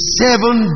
seven